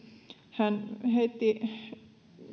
hän heitti